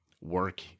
work